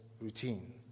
routine